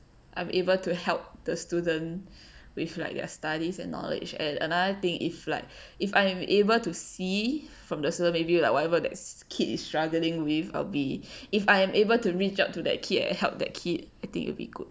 I'm able to help the student with like their studies and knowledge and another thing is like if I am able to see from the sir maybe like whatever that kid is struggling with I'll be if I am able to reach out to that kid held that kid I think it would be good